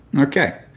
Okay